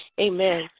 Amen